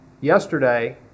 Yesterday